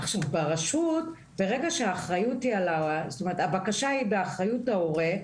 ברשות ברגע שהגשת הבקשה היא באחריות ההורה.